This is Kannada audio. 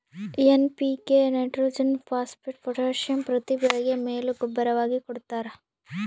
ಏನ್.ಪಿ.ಕೆ ನೈಟ್ರೋಜೆನ್ ಫಾಸ್ಪೇಟ್ ಪೊಟಾಸಿಯಂ ಪ್ರತಿ ಬೆಳೆಗೆ ಮೇಲು ಗೂಬ್ಬರವಾಗಿ ಕೊಡ್ತಾರ